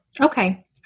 Okay